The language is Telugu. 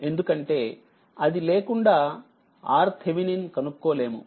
ఎందుకంటే అది లేకుండా RTh కనుక్కోలేము